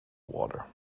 water